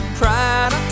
pride